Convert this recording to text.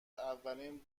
اولین